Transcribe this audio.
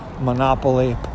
monopoly